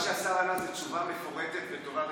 מה שהשר ענה זה תשובה מפורטת וטובה,